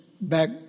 back